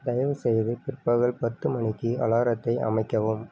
தயவுசெய்து பிற்பகல் பத்து மணிக்கு அலாரத்தை அமைக்கவும்